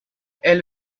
elle